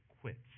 quits